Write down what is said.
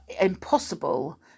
impossible